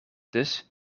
dus